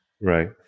Right